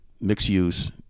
mixed-use